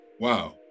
Wow